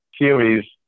series